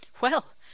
Well